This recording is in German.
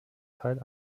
teil